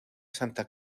santa